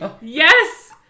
Yes